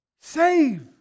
Save